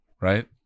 right